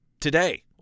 today